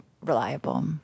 reliable